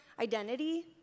identity